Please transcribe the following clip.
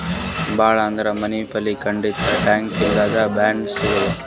ಭಾಳ್ ಅಂದ್ರ ಮುನ್ಸಿಪಾಲ್ಟಿ ಕಡಿಲಿಂತ್ ಟ್ಯಾಕ್ಸ್ ಇರ್ಲಾರ್ದ್ ಬಾಂಡ್ ಸಿಗ್ತಾವ್